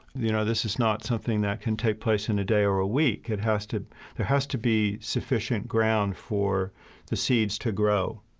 you know, this is not something that can take place in a day or a week. it has to there has to be sufficient ground for the seeds to grow,